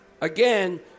again